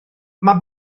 mae